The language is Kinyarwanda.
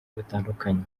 bitandukanye